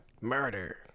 murder